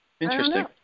Interesting